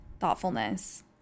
thoughtfulness